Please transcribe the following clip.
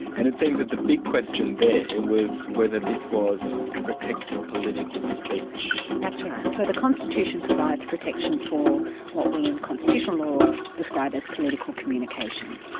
and it seems that the big question there was whether this was protected political speech. that's right. so the constitution provides protection for what we in constitutional law describe as political communication.